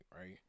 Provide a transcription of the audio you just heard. right